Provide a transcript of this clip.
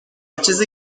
چیزی